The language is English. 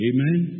Amen